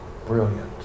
brilliant